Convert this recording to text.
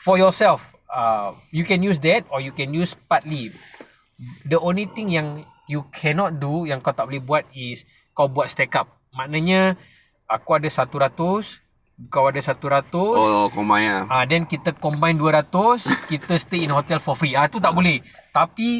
for yourself ah you can use that or you can use partly the only thing yang you cannot do yang kau tak boleh buat is kau buat stack up maknanya aku ada satu ratus kau ada satu ratus then kita combine dua ratus kita stay in hotel for free ah itu tak boleh tapi